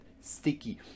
sticky